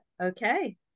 Okay